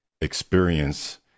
experience